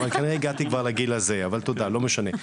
אבל לא משנה.